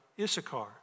Issachar